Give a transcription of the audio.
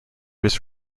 was